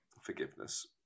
forgiveness